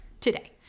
today